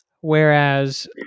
Whereas